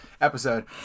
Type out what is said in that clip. episode